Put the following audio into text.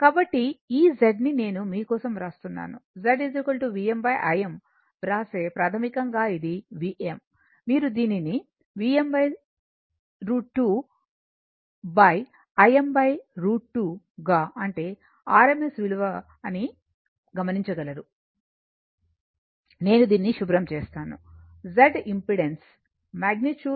కాబట్టి ఈ Z ని నేను మీ కోసం వ్రాస్తున్నాను Z Vm Im వ్రాసే ప్రాథమికంగా ఇది Vm మీరు దీనిని Vm √ 2 Im √ 2 గా అంటే RMS విలువ అని గమనించగలరు నేను దీనిని శుభ్రం చేస్తాను Z ఇంపెడెన్స్ మగ్నిట్యూడ్